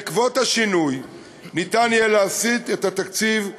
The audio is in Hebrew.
בעקבות השינוי ניתן יהיה להסיט את התקציב,